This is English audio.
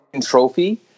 trophy